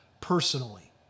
personally